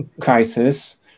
crisis